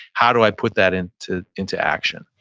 how do i put that into into action?